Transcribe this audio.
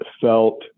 felt